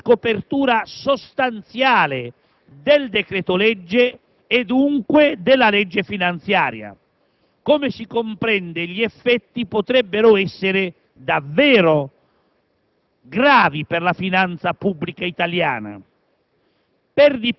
signor Presidente, potrebbe dare origine ad una scopertura sostanziale del decreto-legge e dunque della legge finanziaria. Come si comprende, gli effetti potrebbero essere davvero gravi